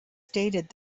stated